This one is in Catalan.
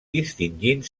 distingint